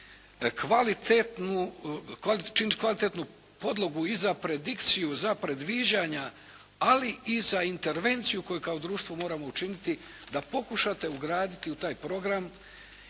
kvalitetnu podlogu i za predikciju, za predviđanja, ali i za intervenciju koju kao društvo moramo učiniti da pokušate ugraditi u taj program